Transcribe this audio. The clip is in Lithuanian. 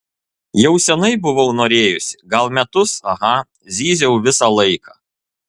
jau seniai buvau norėjusi gal metus aha zyziau visą laiką